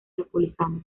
republicana